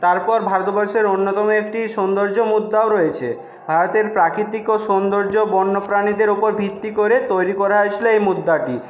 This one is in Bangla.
তারপর ভারতবর্ষের অন্যতম একটি সৌন্দর্য মুদ্রাও রয়েছে ভারতের প্রাকৃতিক ও সৌন্দর্য বন্য প্রাণীদের ওপর ভিত্তি করে তৈরি করা হয়েছিলো এই মুদ্রাটি